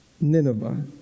Nineveh